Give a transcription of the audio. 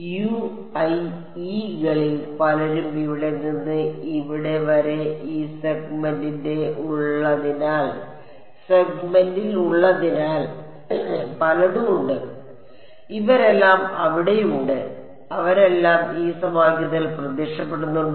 U i e കളിൽ പലരും ഇവിടെ നിന്ന് ഇവിടെ വരെ ഈ സെഗ്മെന്റിൽ ഉള്ളതിനാൽ പലതരമുണ്ട് ഇവരെല്ലാം അവിടെയുണ്ട് അവരെല്ലാം ഈ സമവാക്യത്തിൽ പ്രത്യക്ഷപ്പെടുന്നുണ്ടോ